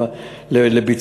למערכת בתי-המשפט,